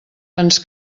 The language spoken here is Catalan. ens